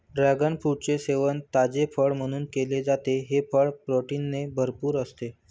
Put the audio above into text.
dragon फ्रूटचे सेवन ताजे फळ म्हणून केले जाते, हे फळ प्रोटीनने भरपूर असते